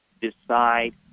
decide